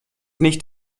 nicht